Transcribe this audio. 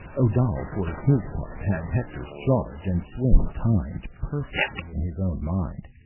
odal, for his part, had hector's charge and swing timed perfectly in his own mind.